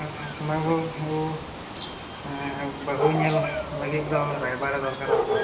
ᱥᱚᱢᱟᱭ ᱵᱟᱹᱵᱩ ᱵᱟᱦᱩ ᱧᱮᱞ ᱞᱟᱹᱜᱤᱫ ᱫᱚ ᱨᱟᱭᱵᱟᱨᱮ ᱫᱚᱨᱠᱟᱨᱚᱜᱼᱟ ᱛᱚ